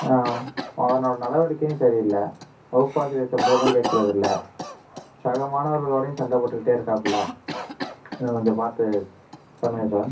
ஆ அவனோட நடவடிக்கையும் சரியில்லை வகுப்பாசிரியர் சொல்கிறதையும் கேட்குறதில்ல சக மாணவர்களோடையும் சண்டை போட்டுக்கிட்டே இருக்கிறாப்புல நீங்கள் கொஞ்சம் பார்த்து பண்ணுங்கள் சார்